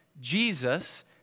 Jesus